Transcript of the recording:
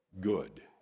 good